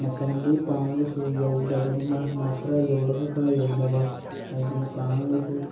ꯃꯇꯝꯗꯨ ꯄꯥꯡꯉꯒꯁꯨ ꯌꯧꯗꯕꯅꯤꯅ ꯈꯔ ꯌꯧꯔꯒ ꯈꯔ ꯌꯧꯗꯕ ꯍꯥꯏꯗꯤ ꯄꯥꯡꯉꯒꯁꯨ